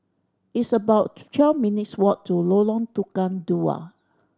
it's about twelve minutes' walk to Lorong Tukang Dua